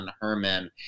Herman